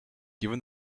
given